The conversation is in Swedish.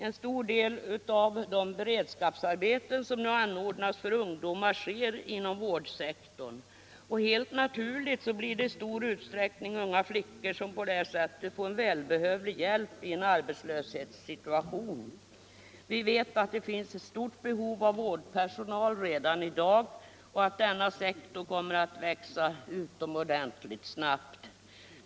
En stor del av de beredskapsarbeten som nu anordnas för ungdomar sker inom vårdsektorn och helt naturligt blir det i stor utsträckning unga flickor som på detta sätt får en välbehövlig hjälp i en arbetslöshetssituation. Vi vet att det finns ett stort behov av vårdpersonal redan i dag och att denna sektor kommer att växa utomordentligt snabbt.